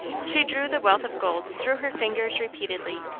she drew the wealth of gold through her fingers repeatedly.